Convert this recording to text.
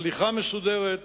הליכה מסודרת,